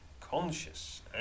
conscious